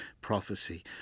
prophecy